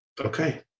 okay